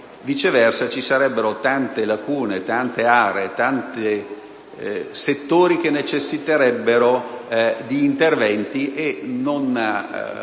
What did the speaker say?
viceversa vi sarebbero, tante aree, tanti settori che necessiterebbero di interventi, e non